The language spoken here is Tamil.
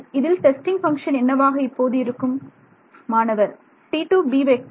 இதில் டெஸ்டிங் பங்க்ஷன் என்னவாக இப்போது இருக்கும் மாணவர் T2b T2b